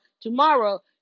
tomorrow